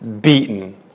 beaten